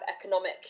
economic